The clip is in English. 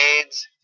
AIDS